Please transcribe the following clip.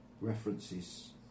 references